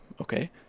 Okay